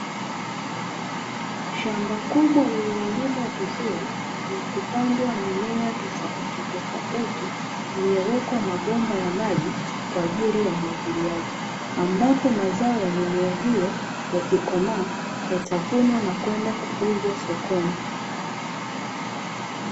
Shamba kubwa lililolimwa vizuri na kupandwa mimea tofauti tofauti, limewekwa mabomba ya maji kwa ajili ya umwagiliaji. Ambapo mazao ya mimea hiyo yakikomaa, yatavunwa na kwenda kuuzwa sokoni.